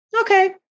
okay